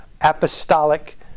apostolic